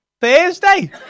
Thursday